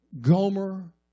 Gomer